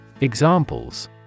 Examples